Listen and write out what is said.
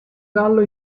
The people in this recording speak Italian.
gallo